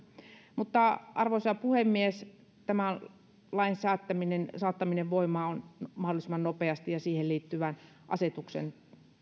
mutta arvoisa puhemies tämän lain saattaminen saattaminen voimaan mahdollisimman nopeasti ja siihen liittyvän asetuksen